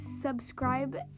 subscribe